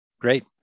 Great